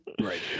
Right